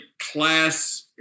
class